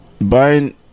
buying